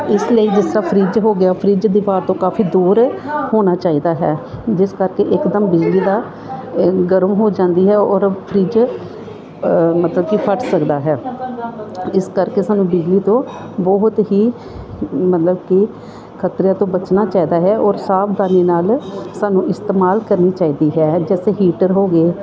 ਇਸ ਲਈ ਜਿਸ ਤਰ੍ਹਾਂ ਫਰਿੱਜ ਹੋ ਗਿਆ ਫਰਿੱਜ ਦੀਵਾਰ ਤੋਂ ਕਾਫੀ ਦੂਰ ਹੋਣਾ ਚਾਹੀਦਾ ਹੈ ਜਿਸ ਕਰਕੇ ਇਕਦਮ ਬਿਜਲੀ ਦਾ ਗਰਮ ਹੋ ਜਾਂਦੀ ਹੈ ਔਰ ਫਰਿੱਜ ਮਤਲਬ ਕਿ ਫਟ ਸਕਦਾ ਹੈ ਇਸ ਕਰਕੇ ਸਾਨੂੰ ਬਿਜਲੀ ਤੋਂ ਬਹੁਤ ਹੀ ਮਤਲਬ ਕਿ ਖਤਰਿਆਂ ਤੋਂ ਬਚਣਾ ਚਾਹੀਦਾ ਹੈ ਔਰ ਸਾਵਧਾਨੀ ਨਾਲ ਸਾਨੂੰ ਇਸਤੇਮਾਲ ਕਰਨੀ ਚਾਹੀਦੀ ਹੈ ਜਿੱਦਾਂ ਹੀਟਰ ਹੋ ਗਏ